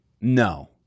no